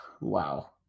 Wow